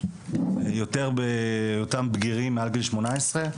יותר באותם בגירים מעל גיל 18,